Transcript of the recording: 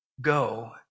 Go